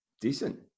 Decent